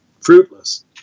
fruitless